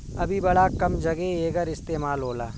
अभी बड़ा कम जघे एकर इस्तेमाल होला